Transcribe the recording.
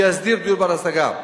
שיסדיר דיור בר-השגה.